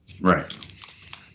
Right